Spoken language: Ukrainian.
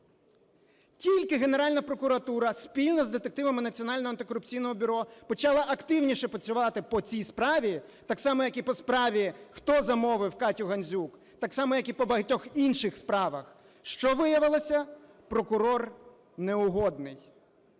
Тільки Генеральна прокуратура, спільно з детективами Національного антикорупційного бюро, почала активніше працювати по цій справі, так само, як і по справі "хто замовив Катю Гандзюк", так само, як і по багатьох інших справах, що виявилося – прокурор неугодний.